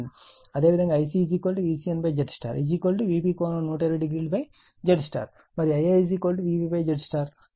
అదేవిధంగా Ic VcnZY Vp∠1200ZY మరియు Ia VpZY